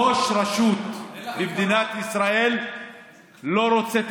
ראש רשות במדינת ישראל לא רוצה תקציב,